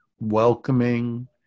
welcoming